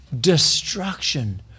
Destruction